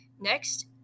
Next